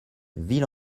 ville